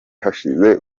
hashize